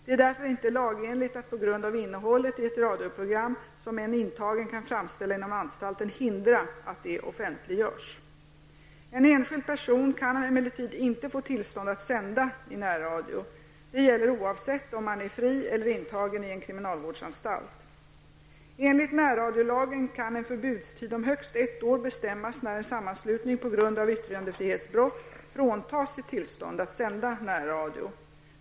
Det är därför inte lagenligt att på grund av innehållet i ett radioprogram som en intagen kan framställa inom anstalten hindra att det offentliggörs. En enskild person kan emellertid inte få tillstånd att sända i närradio. Det gäller oavsett om han är fri eller intagen i en kriminalvårdsanstalt. Enligt närradiolagen kan en förbudstid om högst ett år bestämmas när en sammanslutning på grund av yttrandefrihetsbrott fråntas sitt tillstånd att sända närradio.